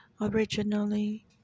originally